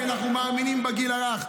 כי אנחנו מאמינים בגיל הרך.